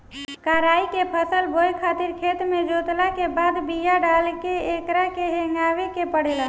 कराई के फसल बोए खातिर खेत के जोतला के बाद बिया डाल के एकरा के हेगावे के पड़ेला